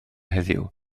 heddiw